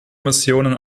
missionen